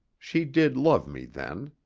she did love me then.